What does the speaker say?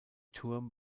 turm